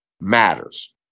matters